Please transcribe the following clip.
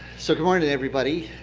so good morning, and everybody.